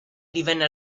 divenne